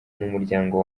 n’umuryango